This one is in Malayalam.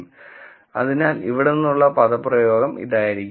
അതിനാൽ ഇവിടെ നിന്നുള്ള പദപ്രയോഗം ഇതായിരിക്കും